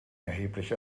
erheblich